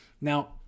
Now